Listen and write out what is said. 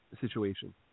situation